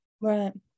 Right